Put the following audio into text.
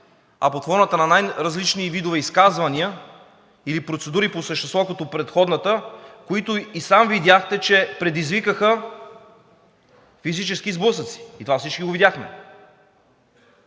а под формата на най-различни видове изказвания или процедури по същество като предходната, които и сам видяхте че предизвикаха физически сблъсъци, и това всички го видяхме.